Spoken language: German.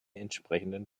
entsprechenden